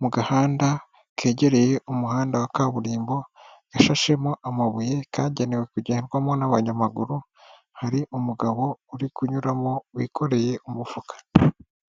mu gahanda kegereye umuhanda wa kaburimbo gashashemo amabuye kagenewe kugendwamo n'abanyamaguru hari umugabo uri kunyuramo wikoreye umufuka.